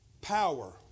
Power